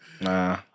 Nah